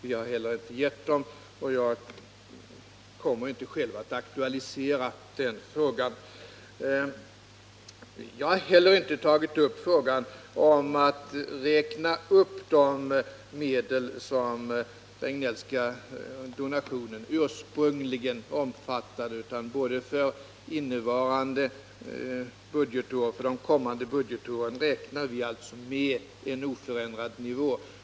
Vi har inte heller gett några sådana, och jag kommer inte själv att aktualisera den frågan. Jag har heller inte tagit upp frågan om att räkna upp de medel som den Regnellska donationen ursprungligen omfattade, utan både för innevarande budgetår och för de kommande budgetåren räknar vi med oförändrad nivå.